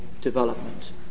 development